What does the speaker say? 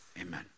Amen